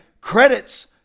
credits